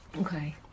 Okay